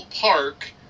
Park